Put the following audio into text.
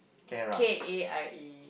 K_A_R_A